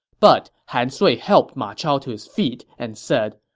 but han sui helped ma chao to his feet and said,